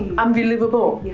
unbelievable!